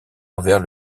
envers